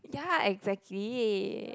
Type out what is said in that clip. ya exactly